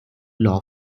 law